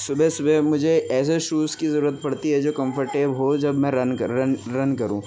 صبح صبح مجھے ایسے شوز کی ضرورت پڑتی ہے جو کمفرٹیب ہو جب میں رن کروں